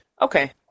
Okay